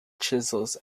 chisels